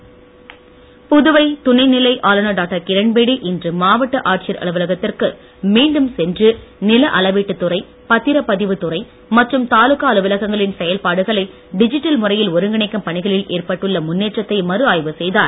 பேடி ஆய்வு புதுவை துணை நிலை ஆளுநர் டாக்டர் கிரண்பேடி இன்று மாவட்ட ஆட்சியர் அலுவலகத்திற்கு மீண்டும் சென்று நில அளவீட்டுத் துறை பத்திரப்பதிவு துறை மற்றும் தாலுக்கா அலுவலகங்களின் செயல்பாடுகளை டிஜிட்டல் முறையில் ஒருங்கிணைக்கும் பணிகளில் ஏற்பட்டுள்ள முன்னேற்றத்தை மறுஆய்வு செய்தார்